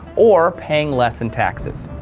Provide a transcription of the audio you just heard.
or paying less in taxes.